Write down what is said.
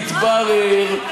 התברר,